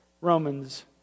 Romans